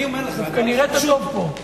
דווקא נראית טוב פה.